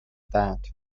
that